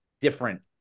different